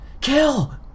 Kill